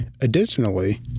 Additionally